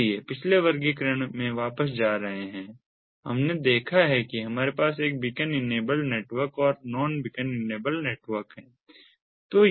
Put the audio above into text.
इसलिए पिछले वर्गीकरण में वापस जा रहे हैं हमने देखा है कि हमारे पास एक बीकन इनेबल्ड नेटवर्क और नॉन बीकन इनेबल्ड नेटवर्क है